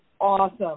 awesome